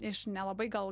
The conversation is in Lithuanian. iš nelabai gal